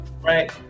Right